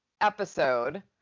episode